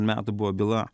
metų buvo byla